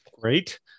great